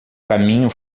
caminho